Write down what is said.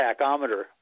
tachometer